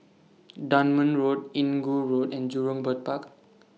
Dunman Road Inggu Road and Jurong Bird Park